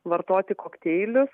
vartoti kokteilius